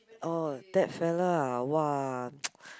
orh that fella ah !wah!